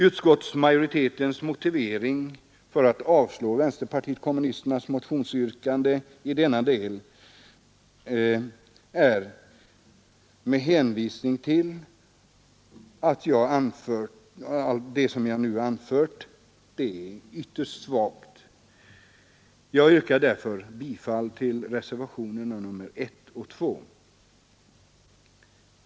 Utskottsmajoritetens motivering för att avslå vänsterpartiet kommunisternas motionsyrkande i denna del är — med hänvisning till det jag nu anfört — ytterst svag. Jag yrkar därför bifall till reservationerna 1 och 2.